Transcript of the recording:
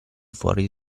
fuori